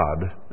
God